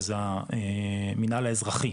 שהוא המנהל האזרחי,